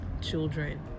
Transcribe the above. children